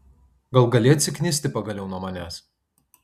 gal gali atsiknisti pagaliau nuo manęs